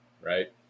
right